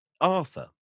arthur